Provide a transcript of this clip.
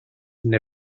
neu